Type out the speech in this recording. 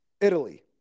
Italy